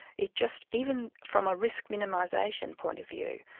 it just, even from a risk minimisation point of view,